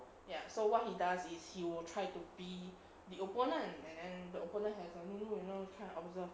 ya so what he does is he will try to be the opponent and then the opponent has a nunu you know you kind of observe